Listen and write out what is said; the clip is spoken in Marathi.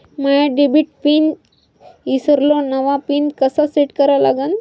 माया डेबिट पिन ईसरलो, नवा पिन कसा सेट करा लागन?